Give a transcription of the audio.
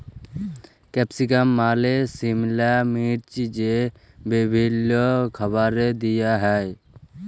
capsicum মালে সিমলা মির্চ যেট বিভিল্ল্য খাবারে দিঁয়া হ্যয়